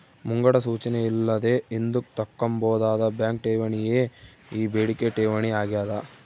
ಮುಂಗಡ ಸೂಚನೆ ಇಲ್ಲದೆ ಹಿಂದುಕ್ ತಕ್ಕಂಬೋದಾದ ಬ್ಯಾಂಕ್ ಠೇವಣಿಯೇ ಈ ಬೇಡಿಕೆ ಠೇವಣಿ ಆಗ್ಯಾದ